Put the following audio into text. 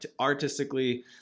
artistically